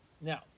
Now